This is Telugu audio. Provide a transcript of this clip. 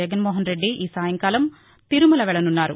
జగన్మోహన్ రెడ్డి ఈసాయంకాలం తిరుమల వెళ్లనున్నారు